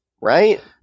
right